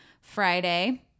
Friday